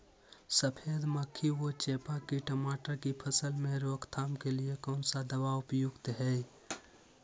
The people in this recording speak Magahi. सफेद मक्खी व चेपा की टमाटर की फसल में रोकथाम के लिए कौन सा दवा उपयुक्त है?